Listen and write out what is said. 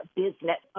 business